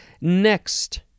next